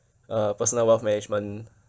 uh personal wealth management